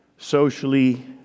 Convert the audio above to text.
socially